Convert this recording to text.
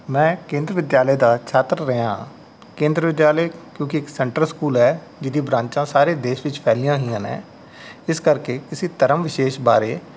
ਮੈਂ ਕੇਂਦਰ ਵਿਦਿਆਲੇ ਦਾ ਸ਼ਾਤਰ ਰਿਹਾ ਹਾਂ ਕੇਂਦਰ ਵਿਦਿਆਲੇ ਕਿਉਂਕਿ ਇੱਕ ਸੈਂਟਰ ਸਕੂਲ ਹੈ ਜਿਹਦੀ ਬ੍ਰਾਂਚਾਂ ਸਾਰੇ ਦੇਸ਼ ਵਿੱਚ ਫੈਲੀਆਂ ਹੋਈਆ ਨੇ ਇਸ ਕਰਕੇ ਕਿਸੇ ਧਰਮ ਵਿਸ਼ੇਸ਼ ਬਾਰੇ